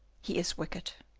he is wicked.